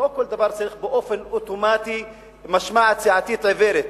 לא בכל דבר צריך באופן אוטומטי משמעת סיעתית עיוורת.